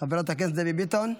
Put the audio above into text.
שלוש דקות.